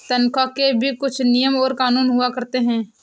तन्ख्वाह के भी कुछ नियम और कानून हुआ करते हैं